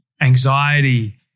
anxiety